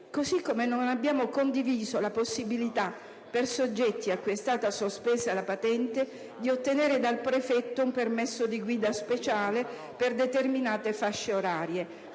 Così come non abbiamo condiviso la possibilità, per i soggetti cui è stata sospesa la patente, di ottenere dal prefetto un permesso di guida speciale per determinate fasce orarie,